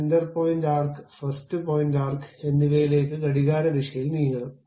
centre point arc first point arc എന്നിവയിലേക്ക് ഘടികാരദിശയിൽ നീങ്ങണം